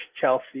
Chelsea